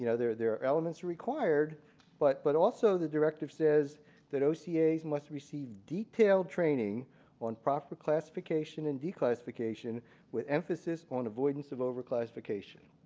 you know there there are elements required but but also the directive says that ocas yeah must receive detailed training on proper classification and declassification with emphasis on avoidance of over-classification.